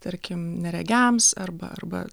tarkim neregiams arba arba